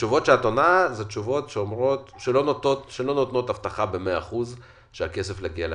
התשובות שאת עונה לא נותנות הבטחה ב-100% שהכסף יגיע לחיילים.